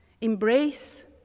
embrace